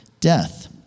death